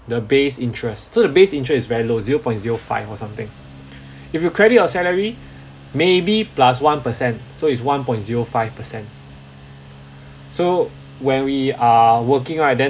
the base interest so the base interest is very low zero point zero five or something if you credit your salary maybe plus one percent so it's one point zero five percent so when we are working right then